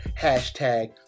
Hashtag